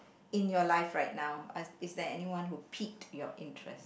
in your life right now is there anyone who pique your interest